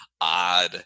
odd